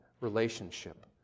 relationship